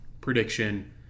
prediction